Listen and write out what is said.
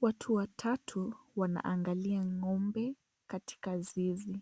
Watu watatu wanaangalia ng'ombe katika zizi.